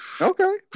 Okay